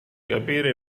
capire